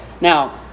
Now